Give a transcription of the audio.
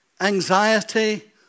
anxiety